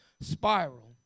spiral